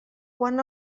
quan